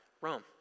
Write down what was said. Rome